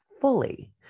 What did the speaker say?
fully